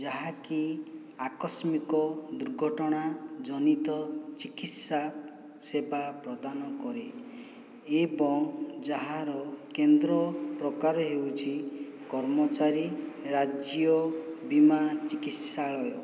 ଯାହାକି ଆକସ୍ମିକ ଦୁର୍ଘଟଣା ଜନିତ ଚିକିତ୍ସା ସେବା ପ୍ରଦାନ କରେ ଏବଂ ଯାହାର କେନ୍ଦ୍ର ପ୍ରକାର ହେଉଛି କର୍ମଚାରୀ ରାଜ୍ୟ ବୀମା ଚିକିତ୍ସାଳୟ